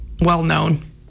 well-known